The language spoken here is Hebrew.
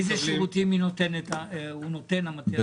איזה שירותים נותן המטה הזה?